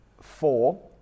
four